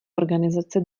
organizace